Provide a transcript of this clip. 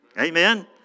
Amen